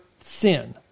Sin